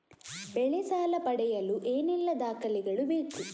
ಬೆಳೆ ಸಾಲ ಪಡೆಯಲು ಏನೆಲ್ಲಾ ದಾಖಲೆಗಳು ಬೇಕು?